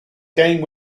game